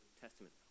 testament